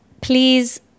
Please